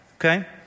Okay